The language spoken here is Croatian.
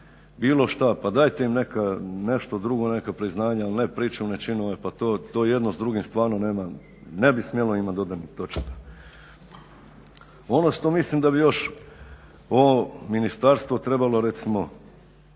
bilo šta, pa dajte im neka, nešto drugo, neka priznanja, ali ne pričuvne činove. Pa to jedno s drugim stvarno nema, ne bi smjelo imat dodirnih točaka. Ono što mislim da bi još ovo ministarstvo trebalo recimo